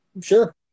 Sure